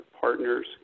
partners